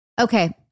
Okay